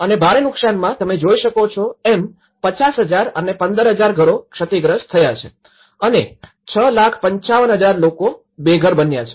અને ભારે નુકશાનમાં તમે જોઈ શકો છો એમ ૫૦૦૦૦ અને ૧૫૦૦૦ ઘરો ક્ષતિગ્રસ્ત થયા છે અને ૬૫૫૦૦૦ લોકો બેઘર બન્યા છે